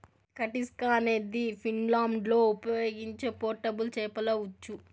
కటిస్కా అనేది ఫిన్లాండ్లో ఉపయోగించే పోర్టబుల్ చేపల ఉచ్చు